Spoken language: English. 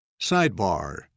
Sidebar